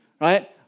right